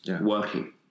working